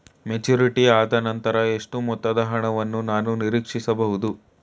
Maturity ಆದನಂತರ ಎಷ್ಟು ಮೊತ್ತದ ಹಣವನ್ನು ನಾನು ನೀರೀಕ್ಷಿಸ ಬಹುದು?